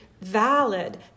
valid